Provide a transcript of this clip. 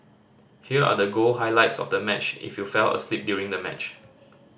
here are the goal highlights of the match if you fell asleep during the match